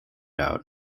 out